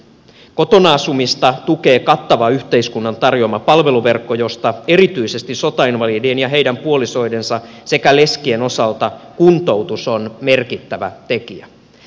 kotona asumista tukee kattava yhteiskunnan tarjoama palveluverkko josta erityisesti sotainvalidien ja heidän puolisoidensa sekä leskien osalta kuntoutus on merkittävä tekijä